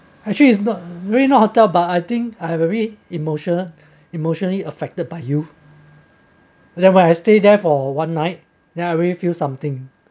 actually it's not very not hotel but I think every emotional emotionally affected by you that why I stay there for one night then I feel something